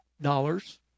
dollars